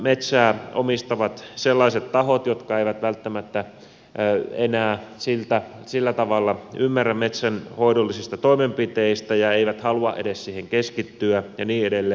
metsää omistavat sellaiset tahot jotka eivät välttämättä enää sillä tavalla ymmärrä metsänhoidollisista toimenpiteistä ja eivät halua edes siihen keskittyä ja niin edelleen